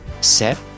Set